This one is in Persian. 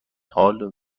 حال